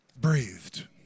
breathed